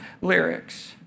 lyrics